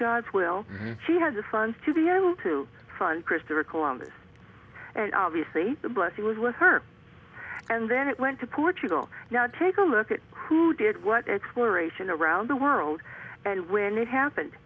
god's will she has the funds to be able to fund christopher columbus and obviously the books he was with her and then it went to portugal now take a look at who did what exploration around the world and when it happened